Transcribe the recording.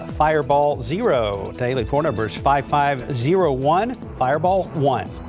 fireball zero daily four numbers five, five, zero, one fireball one.